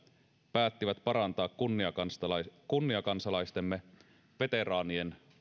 päättivät parantaa kunniakansalaistemme kunniakansalaistemme veteraanien